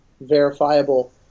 verifiable